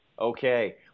Okay